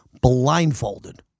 blindfolded